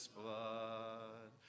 blood